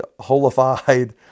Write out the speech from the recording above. holified